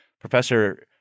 Professor